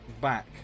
back